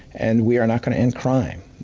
and we are not gonna end crime.